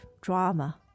drama